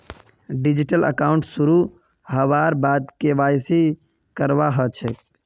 digital account शुरू हबार बाद के.वाई.सी करवा ह छेक